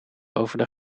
over